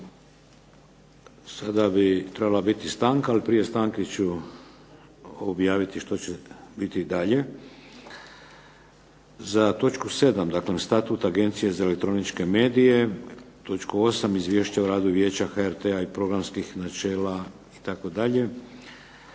Sada bi trebala biti stanka ali prije stanke ću objaviti što će biti dalje. Za točku 7. Statut Agencije za elektroničke medije, točku 8. Izvješće o radu Vijeća HRT-a i programskih načela itd.,